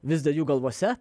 vis dar jų galvose